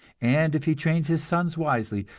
and if he trains his sons wisely,